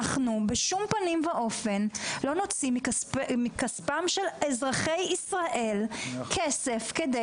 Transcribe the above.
אנחנו בשום פנים ואופן לא נוציא מכספם של אזרחי ישראל כסף כדי